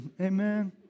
Amen